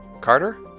Carter